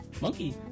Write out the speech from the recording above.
Monkey